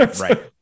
Right